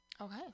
Okay